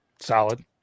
Solid